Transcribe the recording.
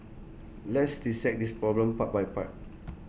let's dissect this problem part by part